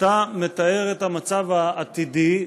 אתה מתאר את המצב העתידי,